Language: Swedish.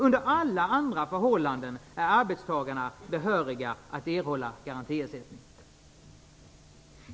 Under alla andra förhållanden är arbetstagarna behöriga att erhålla garantiersättning."